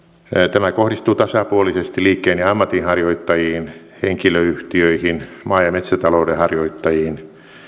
tämä kohdistuu tasapuolisesti liikkeen ja ammatinharjoittajiin henkilöyhtiöihin maa ja metsätalouden harjoittajiin